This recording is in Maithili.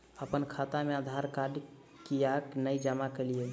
अप्पन खाता मे आधारकार्ड कियाक नै जमा केलियै?